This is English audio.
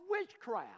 witchcraft